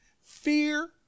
fear